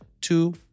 two